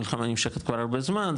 המלחמה נמשכת כבר הרבה זמן,